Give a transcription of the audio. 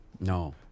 No